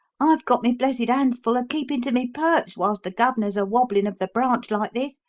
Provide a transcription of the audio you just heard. i've got me blessed hands full a keepin' to me perch whilst the guv'nor's a-wobbling of the branch like this.